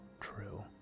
True